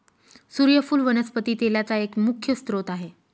सुर्यफुल वनस्पती तेलाचा एक मुख्य स्त्रोत आहे